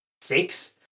six